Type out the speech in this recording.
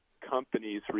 companies